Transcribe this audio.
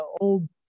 Old